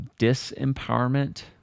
disempowerment